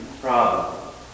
problem